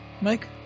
Mike